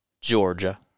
Georgia